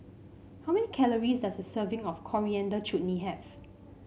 how many calories does a serving of Coriander Chutney have